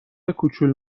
کوچول